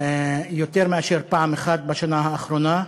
יותר מפעם אחת בשנה האחרונה.